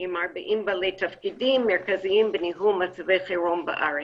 עם 40 בעלי תפקידים מרכזיים בניהול מצבי חירום בארץ.